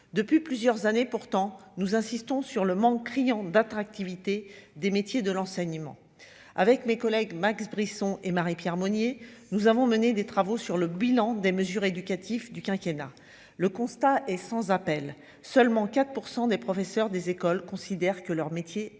depuis plusieurs années pourtant, nous insistons sur le manque criant d'attractivité des métiers de l'enseignement avec mes collègues, Max Brisson et Marie-Pierre Monnier nous avons mené des travaux sur le bilan des mesures éducatives du quinquennat le constat est sans appel : seulement 4 % des professeurs des écoles considèrent que leur métier est valorisé